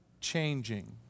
changing